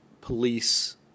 police